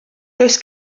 does